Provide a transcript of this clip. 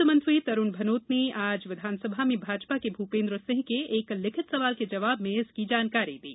वित्त मंत्री तरुण भनोत ने आज विधानसभा में भाजपा के भूपेन्द्र सिंह के एक लिखित सवाल के जवाब में इस आशय की जानकारी दी